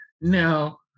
No